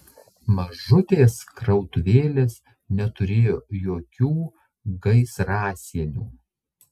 mažutės krautuvėlės neturėjo jokių gaisrasienių